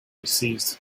ceased